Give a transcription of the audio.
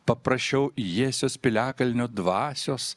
paprašiau jiesios piliakalnio dvasios